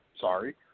Sorry